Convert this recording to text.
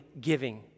giving